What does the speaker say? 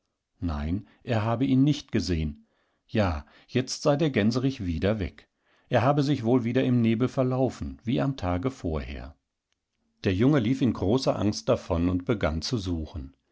nein er habe ihn nicht gesehen ja jetzt sei der gänserich wieder weg er habesichwohlwiederimnebelverlaufen wieamtagevorher der junge lief in großer angst davon und begann zu suchen